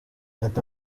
ati